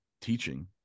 teaching